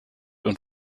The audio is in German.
und